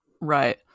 Right